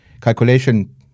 calculation